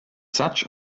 such